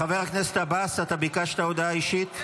חבר הכנסת עבאס, אתה ביקשת הודעה אישית?